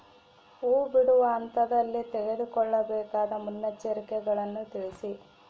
ಹೂ ಬಿಡುವ ಹಂತದಲ್ಲಿ ತೆಗೆದುಕೊಳ್ಳಬೇಕಾದ ಮುನ್ನೆಚ್ಚರಿಕೆಗಳನ್ನು ತಿಳಿಸಿ?